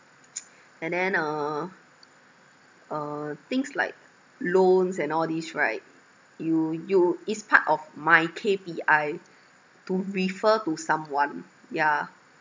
and then uh uh things like loans and all these right you you it's part of my K_P_I to refer to someone ya